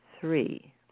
three